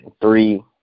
Three